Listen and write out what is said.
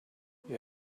you